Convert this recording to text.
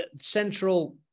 Central